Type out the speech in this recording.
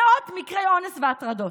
מאות מקרי אונס והטרדות,